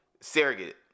Surrogate